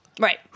right